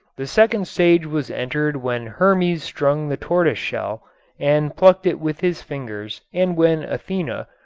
the second stage was entered when hermes strung the tortoise shell and plucked it with his fingers and when athena,